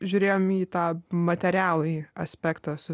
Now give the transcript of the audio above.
žiūrėjom į tą materialųjį aspektą su